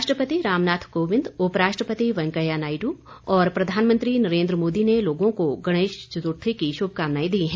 राष्ट्रपति रामनाथ कोविंद उप राष्ट्रपति वेंकैया नायडू और प्रधानमंत्री नरेन्द्र मोदी ने लोगों को गणेश चतुर्थी की शुभकामनाए दी है